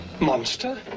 Monster